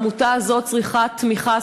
העמותה הזאת צריכה תמיכה,